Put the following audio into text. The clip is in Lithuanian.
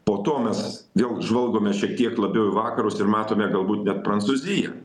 po to mes jau žvalgomės šiek tiek labiau į vakarus ir matome galbūt net prancūziją